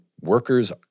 workers